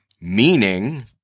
meaning